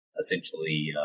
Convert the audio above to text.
essentially